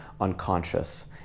unconscious